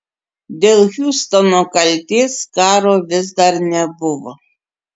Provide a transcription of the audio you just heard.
dėl hiustono kaltės karo vis dar nebuvo